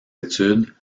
études